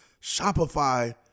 Shopify